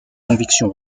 conviction